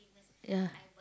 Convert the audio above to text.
ya